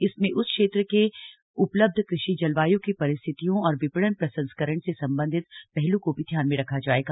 इसमें उस क्षेत्र के उपलब्ध कृषि जलवाय् की परिस्थितियों और विपणन प्रसंस्करण से सम्बन्धित पहलू को भी ध्यान में रखा जायेगा